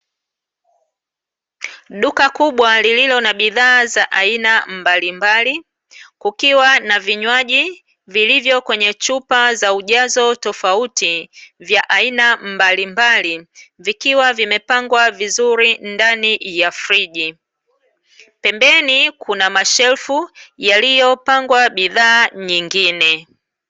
Duka kubwa lililo na bidhaa za aina mbalimbali, kukiwa na vinywaji vilivyo kwenye chupa za ujazo tofauti vya aina mbalimbali, vikiwa vimepangwa vizuri ndani ya friji. pembeni kuna mashelfu yaliyopangwa bidhaa nyingine.